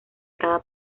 cada